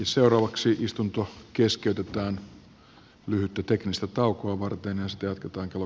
seuraavaksi istunto keskeytetään lyhyttä teknistä taukoa varten astioita tuntuu